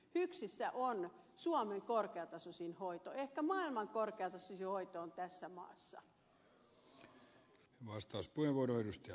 hyksissä on suomen korkeatasoisin hoito ehkä maailman korkeatasoisin hoito on tässä maassa